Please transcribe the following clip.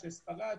של ספרד,